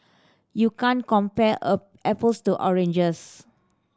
you can't compare a apples to oranges